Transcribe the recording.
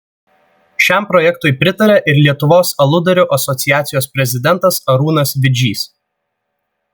šiam projektui pritaria ir lietuvos aludarių asociacijos prezidentas arūnas vidžys